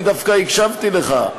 אני דווקא הקשבתי לך.